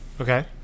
Okay